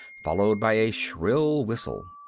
followed by a shrill whistle.